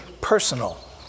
personal